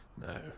no